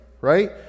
right